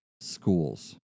schools